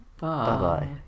bye